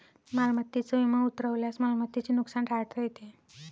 मालमत्तेचा विमा उतरवल्यास मालमत्तेचे नुकसान टाळता येते